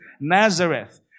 Nazareth